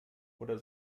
oder